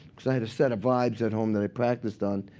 because i had a set of vibes at home that i practiced on.